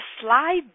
slide